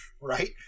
Right